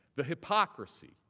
the hypocrisy